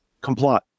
comply